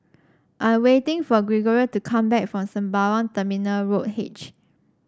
I am waiting for Gregorio to come back from Sembawang Terminal Road H